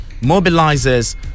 mobilizes